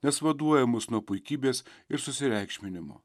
nes vaduoja mus nuo puikybės ir susireikšminimo